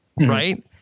right